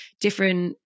different